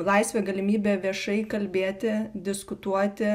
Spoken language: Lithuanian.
laisvė galimybė viešai kalbėti diskutuoti